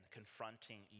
confronting